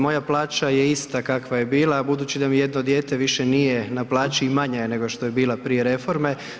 Moja plaća je ista kakva je bila a budući da mi jedno dijete više nije na plaći i manja je nego što je bila prije reforme.